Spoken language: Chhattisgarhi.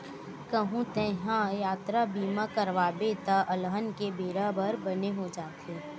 कहूँ तेंहा यातरा बीमा करवाबे त अलहन के बेरा बर बने हो जाथे